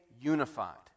unified